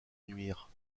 nuire